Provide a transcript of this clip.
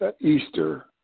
Easter